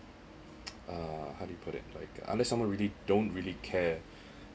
uh how do you put it like unless someone really don't really care